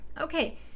Okay